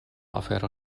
afero